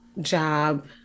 job